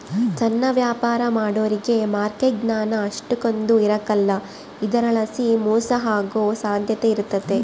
ಸಣ್ಣ ವ್ಯಾಪಾರ ಮಾಡೋರಿಗೆ ಮಾರ್ಕೆಟ್ ಜ್ಞಾನ ಅಷ್ಟಕೊಂದ್ ಇರಕಲ್ಲ ಇದರಲಾಸಿ ಮೋಸ ಹೋಗೋ ಸಾಧ್ಯತೆ ಇರ್ತತೆ